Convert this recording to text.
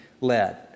led